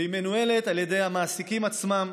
והיא מנוהלת על ידי המעסיקים עצמם,